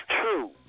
true